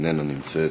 אינה נמצאת,